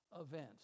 events